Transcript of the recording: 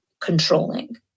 controlling